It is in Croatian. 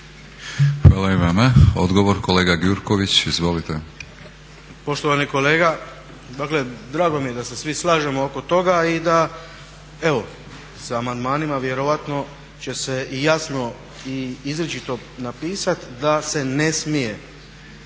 Hvala i vama. Odgovor kolega Gjurković. Izvolite. **Gjurković, Srđan (HNS)** Poštovani kolega, dakle drago mi je da se svi slažemo oko toga i da evo sa amandmanima vjerojatno će se i jasno i izričito napisati da se ne smije